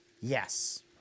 Yes